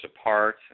apart